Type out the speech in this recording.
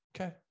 Okay